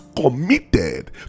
committed